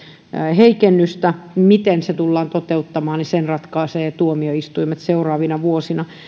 heikennystä miten se tullaan toteuttamaan sen ratkaisevat tuomioistuimet seuraavina vuosina